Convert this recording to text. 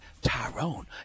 Tyrone